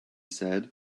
said